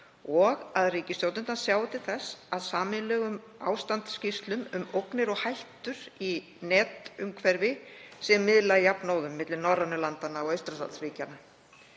og að ríkisstjórnirnar sjái til þess að sameiginlegum ástandsskýrslum um ógnir og hættur í netumhverfi sé miðlað jafnóðum milli norrænu landanna og Eystrasaltsríkjanna.